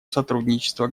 сотрудничества